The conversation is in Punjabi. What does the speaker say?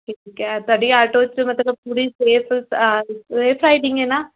ਠੀਕ ਹੈ ਤੁਹਾਡੀ ਆਟੋ 'ਚ ਮਤਲਬ ਪੂਰੀ ਸੇਫ ਸੇਫ ਰਾਈਡਿੰਗ ਹੈ ਨਾ